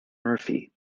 murphy